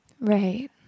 Right